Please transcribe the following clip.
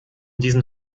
diesen